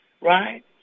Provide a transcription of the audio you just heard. right